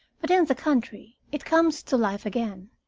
but in the country it comes to life again.